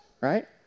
right